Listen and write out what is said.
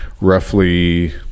roughly